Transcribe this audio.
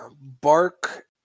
Bark